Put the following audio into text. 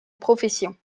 profession